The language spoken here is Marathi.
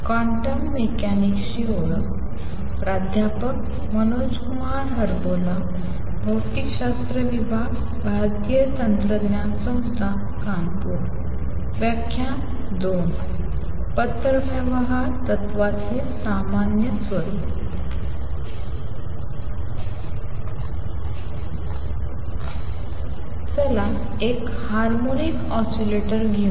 पत्रव्यवहार तत्त्वाचे सामान्य स्वरूप चला एक हार्मोनिक ऑसीलेटर घेऊ